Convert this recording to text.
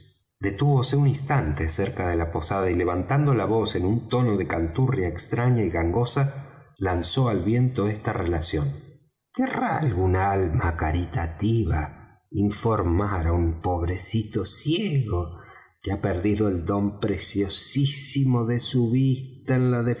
detúvose un instante cerca de la posada y levantando la voz en un tono de canturria extraña y gangosa lanzó al viento esta relación querrá alguna alma caritativa informar á un pobrecito ciego que ha perdido el don preciosísimo de su vista en la